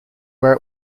where